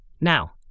Now